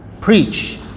preach